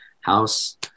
house